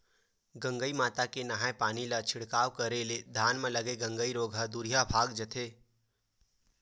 गंगई माता के नंहाय पानी ला छिड़काव करे ले धान म लगे गंगई रोग ह दूरिहा भगा जथे